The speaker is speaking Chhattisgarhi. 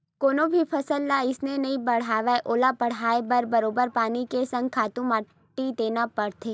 कोनो भी फसल ह अइसने ही नइ बाड़हय ओला बड़हाय बर बरोबर पानी के संग खातू माटी देना परथे